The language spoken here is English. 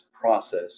process